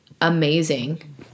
amazing